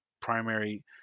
primary